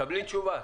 תקבלי תשובה.